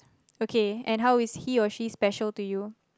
okay and how is he or she special to you